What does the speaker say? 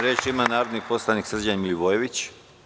Reč ima narodni poslanik Srđan Milivojević.